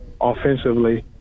offensively